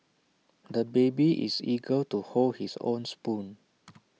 the baby is eager to hold his own spoon